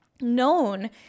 known